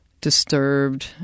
disturbed